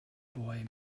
boy